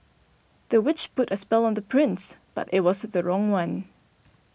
the witch put a spell on the prince but it was the wrong one